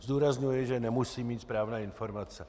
Zdůrazňuji, že nemusím mít správné informace.